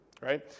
right